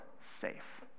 safe